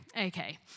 Okay